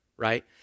right